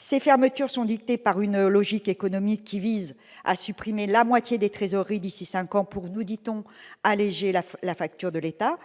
Ces fermetures sont dictées par une logique économique qui vise à supprimer la moitié des trésoreries d'ici à cinq ans pour, nous dit-on, alléger la facture de l'État.